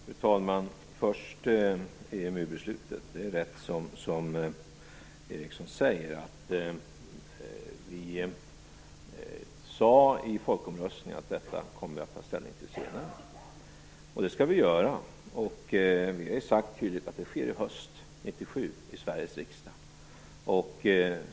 Fru talman! Låt mig först säga något om EMU beslutet. Det är rätt som Peter Eriksson säger. I folkomröstningen sade vi att vi kommer att ta ställning till detta senare. Det skall vi göra. Vi har ju sagt tydligt att det skall ske i höst, 1997, i Sveriges riksdag.